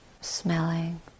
smelling